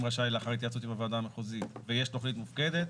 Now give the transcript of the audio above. רשאי לאחר התייעצות עם הוועדה המחוזית ויש תכנית מופקדת,